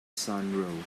sun